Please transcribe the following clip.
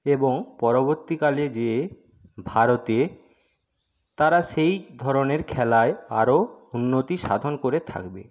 এবং পরবর্তীকালে যেয়ে ভারতে তারা সেই ধরণের খেলায় আরো উন্নতি সাধন করে থাকবে